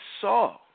saw